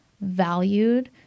valued